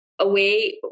away